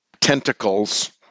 tentacles